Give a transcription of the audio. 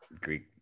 greek